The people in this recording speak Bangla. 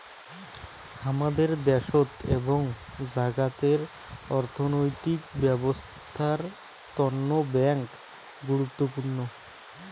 হামাদের দ্যাশোত এবং জাগাতের অর্থনৈতিক ব্যবছস্থার তন্ন ব্যাঙ্ক গুরুত্বপূর্ণ